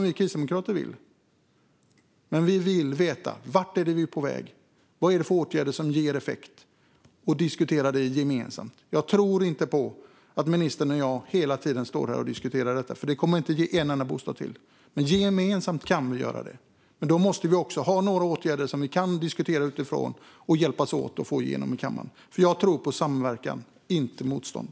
Vi kristdemokrater vill mycket, men vi vill också veta vart vi är på väg och vad det är för åtgärder som ger effekt och diskutera det gemensamt. Jag tror inte på att ministern och jag hela tiden ska stå här och diskutera detta, för det kommer inte att ge enda bostad till. Gemensamt kan vi dock åstadkomma det, men då måste vi ha några åtgärder som vi kan diskutera utifrån och hjälpas åt att få igenom i kammaren. Jag tror på samverkan, inte motstånd.